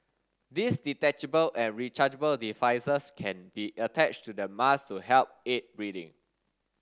these detachable and rechargeable devices can be attached to the mask to help aid breathing